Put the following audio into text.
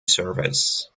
service